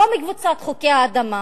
לא מקבוצת חוקי האדמה,